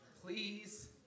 please